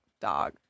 dog